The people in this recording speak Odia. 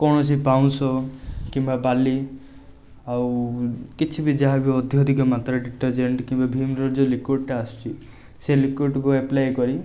କୌଣସି ପାଉଁଶ କିମ୍ବା ବାଲି ଆଉ କିଛି ବି ଯାହା ବି ଅଧ୍ୟଧିକ ମାତ୍ରାରେ ଡିଟର୍ଜେଣ୍ଟ୍ କିମ୍ବା ଭିମ୍ର ଯେଉଁ ଲିକୁଇଡ଼ଟା ଆସୁଛି ସେ ଲିକୁଇଡ଼କୁ ଆପ୍ଲାଏ କରି